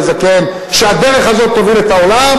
ישראל,